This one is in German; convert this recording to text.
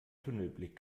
tunnelblick